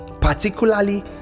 particularly